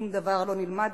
שום דבר לא נלמד,